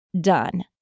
done